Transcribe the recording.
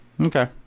Okay